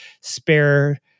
spare